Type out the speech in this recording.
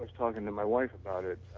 like talking to my wife about it